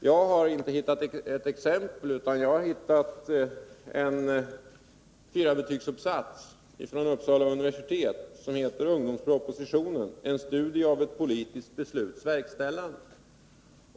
Jag har inte bara hittat exempel utan jag har hittat en fyrabetygsuppsats från Uppsala universitet, som heter Ungdomspropositionen, en studie av ett politiskt besluts verkställande.